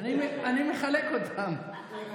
אני מחלק אותן.